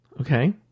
Okay